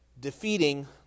Defeating